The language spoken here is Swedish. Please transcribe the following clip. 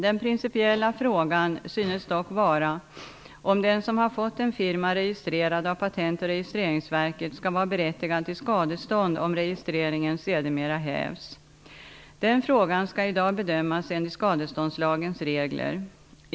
Den principiella frågan synes dock vara om den som har fått en firma registrerad av Patent och registreringsverket skall vara berättigad till skadestånd om registreringen sedermera hävs. Den frågan skall i dag bedömas enligt skadeståndslagens regler.